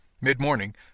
Mid-morning